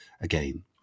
again